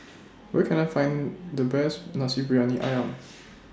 Where Can I Find The Best Nasi Briyani Ayam